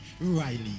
riley